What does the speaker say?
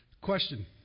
Question